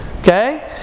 Okay